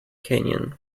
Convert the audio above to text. canyon